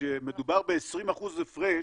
כשמדובר ב-20% הפרש